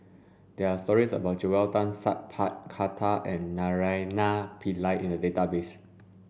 there are stories about Joel Tan Sat Pal Khattar and Naraina Pillai in the Database